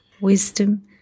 wisdom